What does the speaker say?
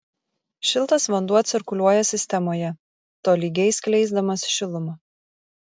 šiltas vanduo cirkuliuoja sistemoje tolygiai skleisdamas šilumą